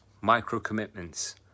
micro-commitments